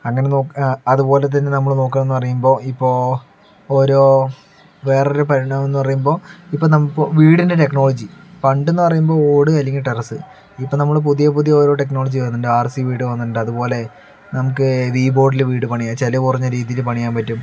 അങ്ങനെ നോക്കി അതുപോലെ തന്നെ നമ്മൾ നോക്കുകയാണെന്ന് പറയുമ്പോൾ ഇപ്പോൾ ഓരോ വേറെ ഒരു എന്ന് പറയുമ്പോൾ ഇപ്പോൾ നമുക്ക് വീടിൻ്റെ ടെക്നോളജി പണ്ട് എന്ന് പറയുമ്പോൾ ഓട് അല്ലെങ്കള്ള് ടെറസ് ഇപ്പോൾ നമ്മൾ പുതിയ പുതിയ ഓരോ ടെക്നോളജി വരുന്നുണ്ട് ആർ സി വീട് വരുന്നുണ്ട് അതുപോലെ നമുക്ക് വീ ബോർഡിൽ വീട് പണിയാം ചിലവ് കുറഞ്ഞ രീതിയിൽ പണിയാൻ പറ്റും